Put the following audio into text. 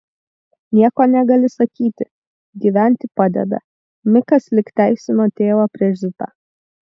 nieko negali sakyti gyventi padeda mikas lyg teisino tėvą prieš zitą